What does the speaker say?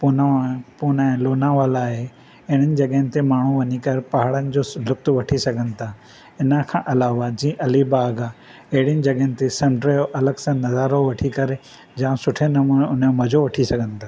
पूनो आहे पूने लोनावला आहे अहिड़िनि जॻहनि ते माण्हू वञी करे पहाड़नि जो लुफ्फ़ु वठी सघनि था इन खां अलावा जीअं अलीबाग़ आहे अहड़िनि जॻहनि ते समुंड जो अलॻि सां नज़ारो वठी करे जाम सुठे नमूने उन जो मज़ो वठी सघनि था